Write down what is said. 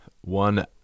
one